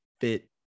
fit